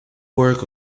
work